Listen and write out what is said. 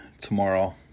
tomorrow